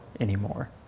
anymore